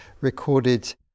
recorded